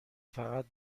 فقط